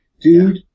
dude